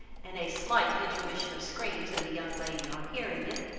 and a slight intermission of screams in the young lady on hearing it,